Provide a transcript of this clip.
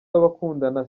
w’abakundana